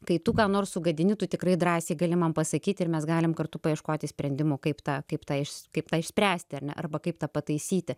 kai tu ką nors sugadini tu tikrai drąsiai galima pasakyti ir mes galim kartu paieškoti sprendimų kaip tą kaip tą iš kaip tą išspręsti ar ne arba kaip tą pataisyti